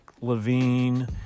levine